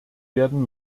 werden